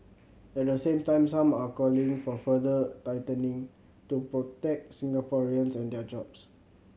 at the same time some are calling for further tightening to protect Singaporeans and their jobs